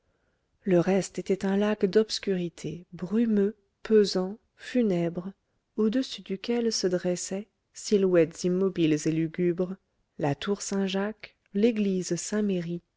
le reste était un lac d'obscurité brumeux pesant funèbre au-dessus duquel se dressaient silhouettes immobiles et lugubres la tour saint-jacques l'église